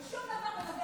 ושום דבר בנוגע